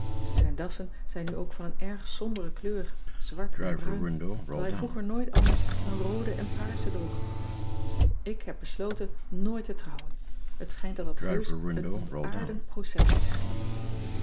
ijn dassen zijn nu ook van een erg sombere kleur zwart en bruin terwijl hij vroeger nooit anders dan roode en paarsen droeg k heb besloten nooit te trouwen et schijnt dat dat heusch een ontaardend proces is